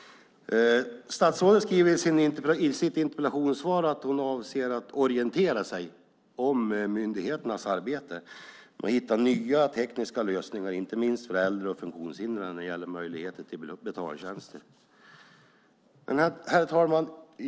Statsrådet säger i sitt interpellationssvar att hon avser att orientera sig om myndigheternas arbete och hitta nya tekniska lösningar inte minst för äldre och funktionshindrade när det gäller möjligheter till betaltjänster. Herr talman!